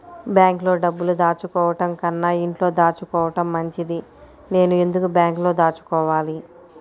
బ్యాంక్లో డబ్బులు దాచుకోవటంకన్నా ఇంట్లో దాచుకోవటం మంచిది నేను ఎందుకు బ్యాంక్లో దాచుకోవాలి?